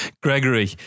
Gregory